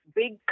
big